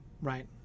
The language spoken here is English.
Right